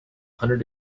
hundred